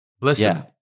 Listen